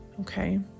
okay